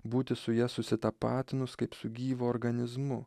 būti su ja susitapatinus kaip su gyvu organizmu